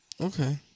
Okay